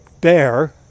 bear